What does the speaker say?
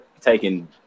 taking